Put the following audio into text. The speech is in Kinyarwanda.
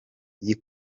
umupira